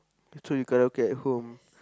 so you karaoke at home